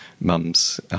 mum's